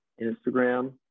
Instagram